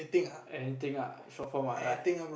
anything ah in short form ah like